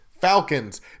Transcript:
Falcons